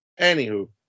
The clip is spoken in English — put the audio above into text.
Anywho